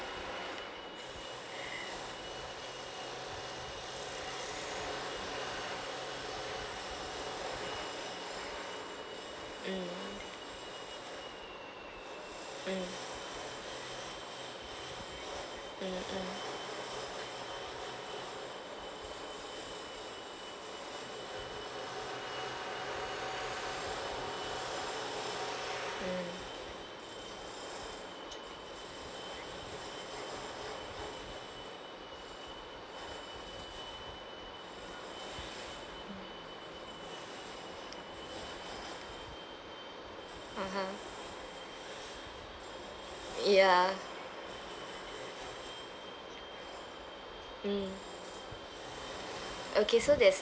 mm mm mm mm (uh huh) ya mm okay so there's